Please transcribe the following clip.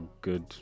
good